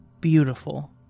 beautiful